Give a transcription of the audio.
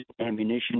ammunition